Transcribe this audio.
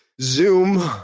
Zoom